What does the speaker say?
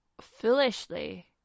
foolishly